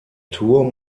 turm